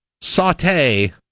saute